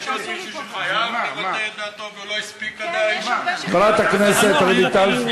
חברת הכנסת רויטל.